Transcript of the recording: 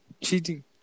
Cheating